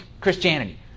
Christianity